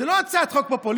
זו לא הצעת חוק פופוליסטית,